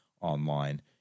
online